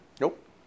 Nope